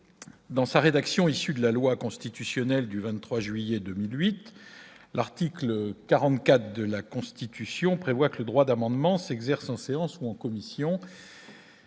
dans sa rédaction issue de la loi constitutionnelle du 23 juillet 2008, l'article 44 de la Constitution prévoit que le droit d'amendement, s'exerce en séance ou en commission.